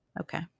Okay